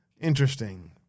Interesting